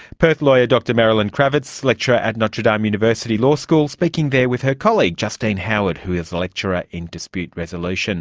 perth lawyer dr marilyn krawitz, lecturer at notre dame university law school, speaking there with her colleague, justine howard, who is a lecturer in dispute resolution.